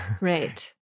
Right